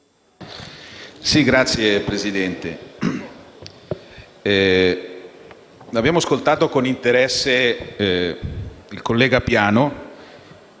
Signor Presidente, abbiamo ascoltato con interesse il collega Piano